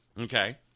Okay